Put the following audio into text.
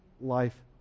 life